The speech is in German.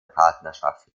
partnerschaft